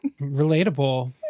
Relatable